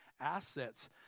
assets